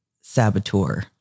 saboteur